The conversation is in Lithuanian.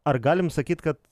ar galim sakyt kad